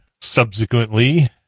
subsequently